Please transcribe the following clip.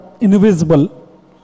invisible